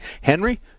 Henry